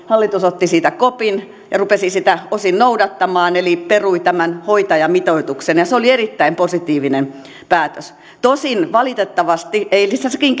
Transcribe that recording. hallitus otti siitä kopin ja rupesi sitä osin noudattamaan eli perui tämän hoitajamitoituksen se oli erittäin positiivinen päätös tosin valitettavasti eilisessäkin